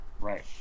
Right